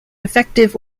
effective